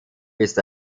ist